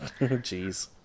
Jeez